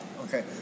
Okay